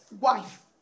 wife